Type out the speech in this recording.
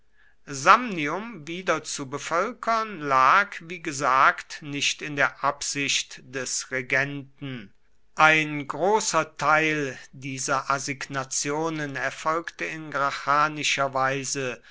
samnium wiederzubevölkern lag wie gesagt nicht in der absicht des regenten ein großer teil dieser assignationen erfolgte in gracchanischer weise